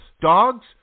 dogs